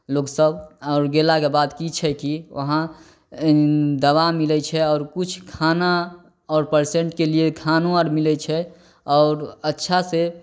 लोकसब आओर गेलाके बाद की छै कि वहाँ दबा मिलै छै आओर किछु खाना आओर पर्सेंटके लिए खानो आर मिलै छै आओर अच्छा से